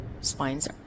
spines